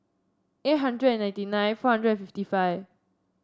eight hundred and ninety nine four hundred and fifty five